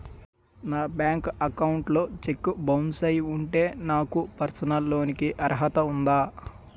నా bank account లో cheque bounce అయ్యి ఉంటే నాకు పర్సనల్ లోన్ కీ అర్హత ఉందా?